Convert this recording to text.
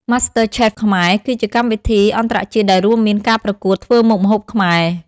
Master Chef Khmer គឺជាកម្មវិធីអន្តរជាតិដែលរួមមានការប្រកួតធ្វើមុខម្ហូបខ្មែរ។